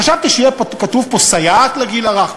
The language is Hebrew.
חשבתי שיהיה כתוב פה סייעת לגיל הרך,